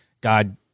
God